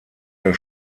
der